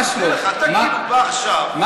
אתה יודע את זה?